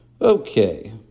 Okay